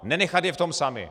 Nenechat je v tom samy.